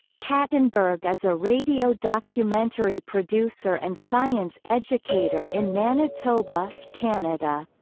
kattenburg is a radio documentary producer and science educator in manitoba, canada.